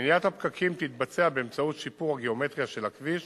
2. מניעת הפקקים תתבצע באמצעות שיפור הגיאומטריה של הכביש